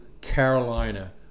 Carolina